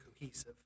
cohesive